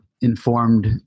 informed